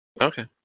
Okay